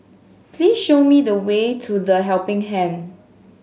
please show me the way to The Helping Hand